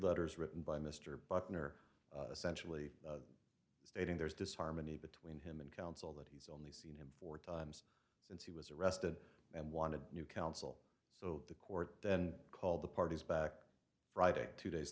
letters written by mr buckner essentially stating there is disharmony between him and counsel that he's on him four times since he was arrested and wanted new counsel so the court then called the parties back friday two days